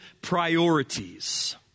priorities